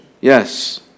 Yes